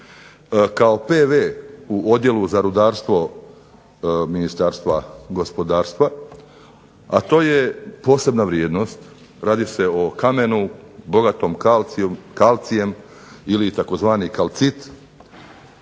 kao PV u Odjelu za rudarstvo Ministarstva gospodarstva, a to je posebna vrijednost. Radi se o kamenu bogatom kalcijem ili tzv. kalcit